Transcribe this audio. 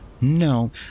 No